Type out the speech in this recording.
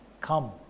come